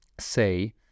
say